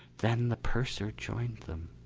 then the purser joined them.